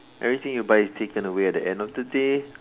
everything you buy is taken away at the end of the day